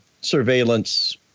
surveillance